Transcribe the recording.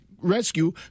Rescue